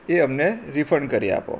એ અમને રિફંડ કરી આપો